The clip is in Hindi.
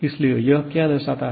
इसलिए यह क्या दर्शाता है